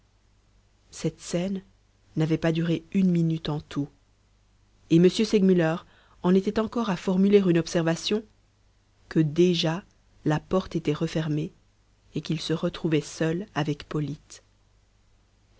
cette scène n'avait pas duré une minute en tout et m segmuller en était encore à formuler une observation que déjà la porte était refermée et qu'il se retrouvait seul avec polyte